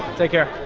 take care.